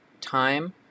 time